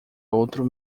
outro